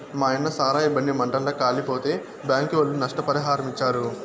మాయన్న సారాయి బండి మంటల్ల కాలిపోతే బ్యాంకీ ఒళ్ళు నష్టపరిహారమిచ్చారు